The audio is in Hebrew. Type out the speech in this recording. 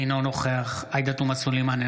אינו נוכח עאידה תומא סלימאן,